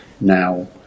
Now